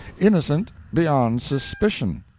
innocent beyond suspicion!